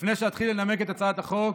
לפני שאתחיל לנמק את הצעת החוק,